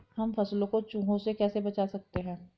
हम फसलों को चूहों से कैसे बचा सकते हैं?